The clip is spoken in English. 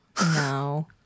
No